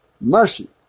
Mercy